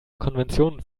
konvention